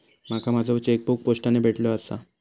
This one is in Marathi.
माका माझो चेकबुक पोस्टाने भेटले आसा